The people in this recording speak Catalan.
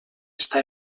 està